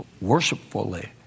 worshipfully